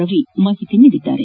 ರವಿ ತಿಳಿಸಿದ್ದಾರೆ